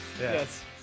yes